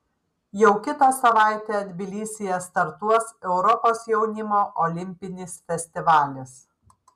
jau kitą savaitę tbilisyje startuos europos jaunimo olimpinis festivalis